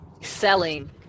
selling